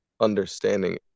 understanding